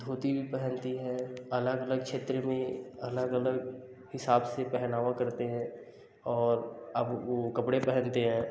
धोती भी पहनती हैं अलग अलग क्षेत्र में अलग अलग हिसाब से पहनावा करते हैं और अब वो कपड़े पहनते हैं